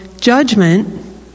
judgment